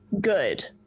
Good